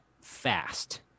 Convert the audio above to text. fast